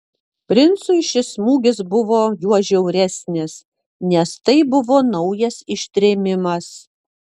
princui šis smūgis buvo juo žiauresnis nes tai buvo naujas ištrėmimas